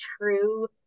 true